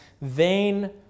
vain